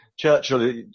Churchill